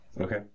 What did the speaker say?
Okay